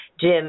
Jim